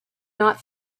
not